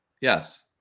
Yes